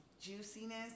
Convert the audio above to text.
juiciness